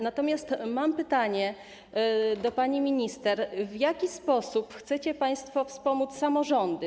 Natomiast mam pytanie do pani minister: W jaki sposób chcecie państwo wspomóc samorządy?